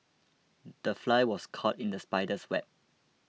the fly was caught in the spider's web